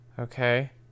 Okay